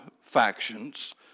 factions